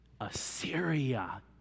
Assyria